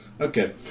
okay